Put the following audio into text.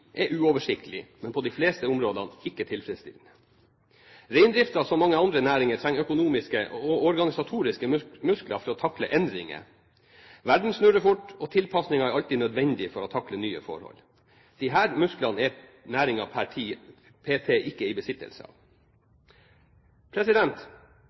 er uoversiktlig, men på de fleste områdene ikke tilfredsstillende. Reindriften, som mange andre næringer, trenger økonomiske og organisatoriske muskler for å takle endringer. Verden snurrer fort, og tilpasninger er alltid nødvendig for å takle nye forhold. Disse musklene er næringen p.t. ikke i besittelse